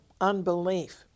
unbelief